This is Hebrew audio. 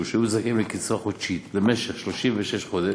שהיו זכאים לקצבה חודשית למשך 36 חודש,